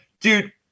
dude